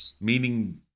Meaning